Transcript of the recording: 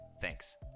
Thanks